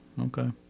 Okay